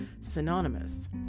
synonymous